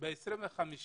זה היום מרגש